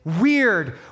Weird